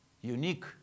unique